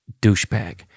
douchebag